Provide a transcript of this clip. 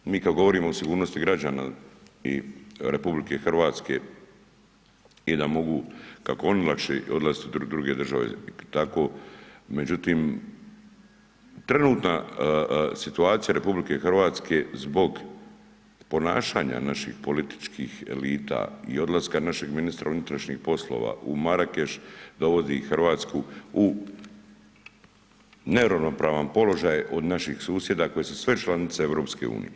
Mi kad govorimo o sigurnosti građana i RH i da mogu kako oni lakše odlaziti u druge države, tako, međutim, trenutna situacija RH zbog ponašanja naših političkih elita i odlaska našeg ministra unutrašnjih poslova u Marakeš dovodi Hrvatsku u neravnopravan položaj od naših susjeda koji su sve članice EU.